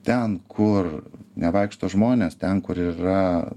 ten kur nevaikšto žmonės ten kur yra